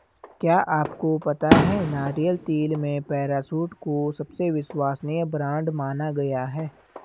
क्या आपको पता है नारियल तेल में पैराशूट को सबसे विश्वसनीय ब्रांड माना गया है?